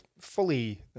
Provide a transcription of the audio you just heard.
Fully